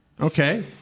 Okay